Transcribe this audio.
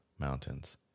mountains